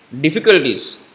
difficulties